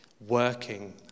working